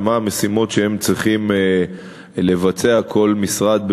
מה המשימות שכל משרד ממשלתי צריך לבצע בתחומו